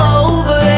over